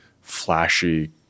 flashy